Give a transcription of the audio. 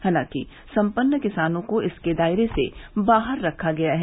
हालांकि संपन्न किसानों को इसके दायरे से बाहर रखा गया है